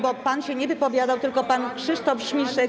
bo pan się nie wypowiadał, tylko pan Krzysztof Śmiszek.